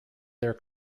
their